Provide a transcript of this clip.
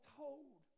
told